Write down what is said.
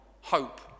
Hope